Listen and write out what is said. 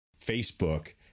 Facebook